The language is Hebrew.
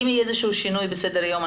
אם יהיה איזשהו שינוי בסדר היום,